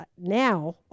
now